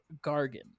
Gargan